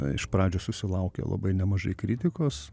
iš pradžios susilaukė labai nemažai kritikos